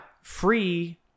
free